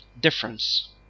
difference